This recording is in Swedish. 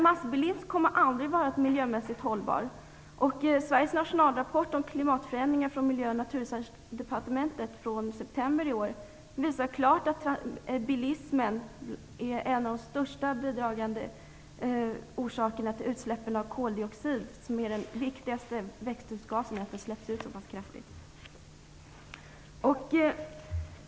Massbilismen kommer aldrig att vara miljömässigt hållbar. Sveriges nationalrapport om klimatförändringar från Miljö och naturresursdepartementet från september i år visar klart att bilismen är en av de största bidragande orsakerna till utsläppen av koldioxid, som är den viktigaste växthusgasen, eftersom utsläppen är så pass kraftiga.